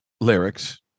lyrics